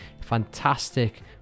fantastic